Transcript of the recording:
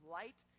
light